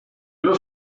los